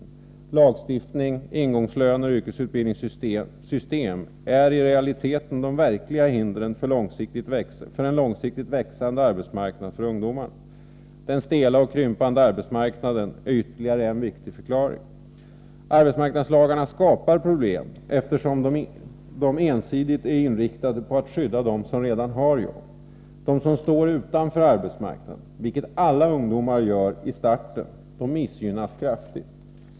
I realiteten är lagstiftning, ingångslöner och yrkesutbildningssystem de verkliga hindren för en långsiktigt växande arbetsmarknad för ungdomarna. Den stela och krympande arbetsmarknaden är ytterligare en viktig förklaring. Arbetsmarknadslagarna skapar problem, eftersom de ensidigt är inriktade på att skydda dem som redan har jobb. De som står utanför arbetsmarknaden, vilket alla ungdomar gör i starten, missgynnas kraftigt.